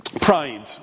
Pride